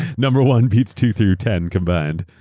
number one beats two through ten combined.